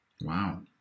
Wow